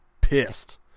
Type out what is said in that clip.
pissed